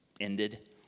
ended